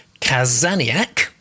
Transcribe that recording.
Kazaniak